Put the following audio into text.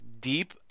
deep